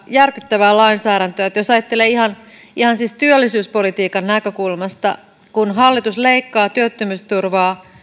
järkyttävää lainsäädäntöä jos ajattelee ihan työllisyyspolitiikan näkökulmasta kun hallitus leikkaa työttömyysturvaa